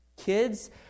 kids